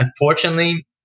Unfortunately